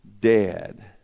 dead